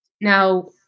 now